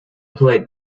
played